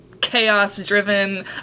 chaos-driven